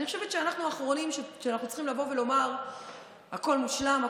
אני חושבת שאנחנו האחרונים שצריכים לומר שהכול מושלם,